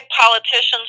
politicians